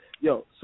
Yo